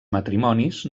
matrimonis